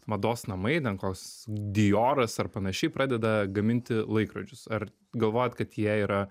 mados namai ten koks dioras ar panašiai pradeda gaminti laikrodžius ar galvojat kad jie yra